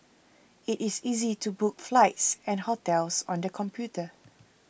it is easy to book flights and hotels on the computer